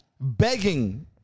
begging